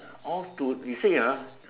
all to you say ah